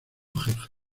jefe